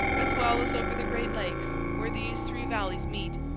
as well as over the great lakes, where these three valleys meet.